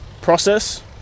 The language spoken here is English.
process